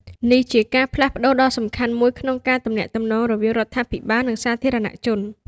នេះជាការផ្លាស់ប្ដូរដ៏សំខាន់មួយក្នុងការទំនាក់ទំនងរវាងរដ្ឋាភិបាល និងសាធារណជន។